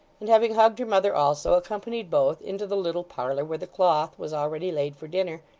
and having hugged her mother also, accompanied both into the little parlour where the cloth was already laid for dinner,